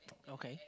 okay